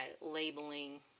labeling